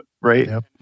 Right